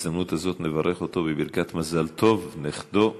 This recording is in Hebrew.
בהזדמנות זו נברך אותו בברכת מזל טוב, נכדו התחתן.